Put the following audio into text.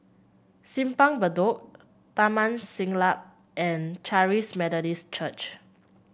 Simpang Bedok Taman Siglap and Charis Methodist Church